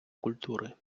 культури